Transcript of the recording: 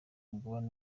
mugabane